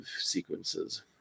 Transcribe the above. sequences